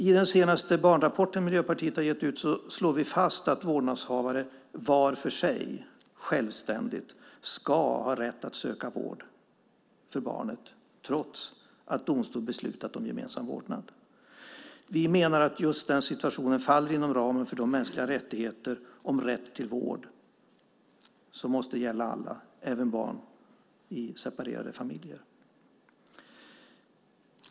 I den senaste barnrapporten, som Miljöpartiet har gett ut, slår vi fast att vårdnadshavare var för sig, självständigt, ska ha rätt att söka vård för barnet, trots att domstol beslutat om gemensam vårdnad. Vi menar att just den situationen faller inom ramen för de mänskliga rättigheter om rätt till vård som måste gälla alla, även barn till separerade föräldrar.